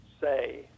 say